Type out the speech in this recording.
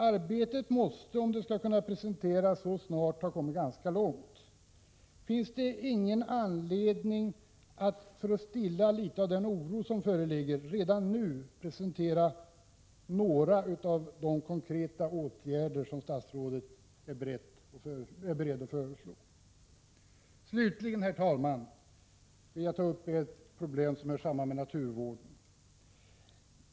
Arbetet måste, om det skall kunna presenteras så snart, ha kommit ganska långt. Finns det inte anledning, för att stilla litet av den oro som finns, att redan nu presentera några av de konkreta åtgärder som statsrådet är beredd att föreslå? Slutligen, herr talman, vill jag ta upp ett problem som hör samman med naturvården.